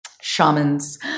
shamans